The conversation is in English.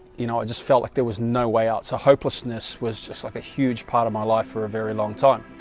you know i just felt like there was no way out so hopelessness was just like a, huge part of my life for a very time